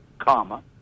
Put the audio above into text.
comma